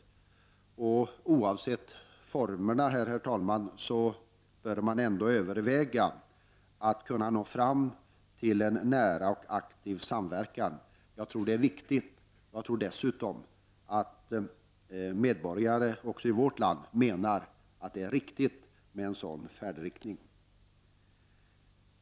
Oavsett formerna, herr talman, bör man ändå överväga att nå fram till en nära och aktiv samverkan. Jag tror att det är viktigt. Jag tror dessutom att medborgarna också i vårt land menar att det är riktigt med en sådan färdriktning.